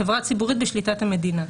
חברה ציבורית בשליטת המדינה.